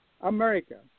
America